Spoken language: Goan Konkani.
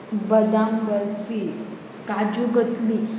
बदाम बर्फी काजू कतली